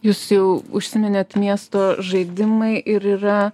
jūs jau užsiminėt miesto žaidimai ir yra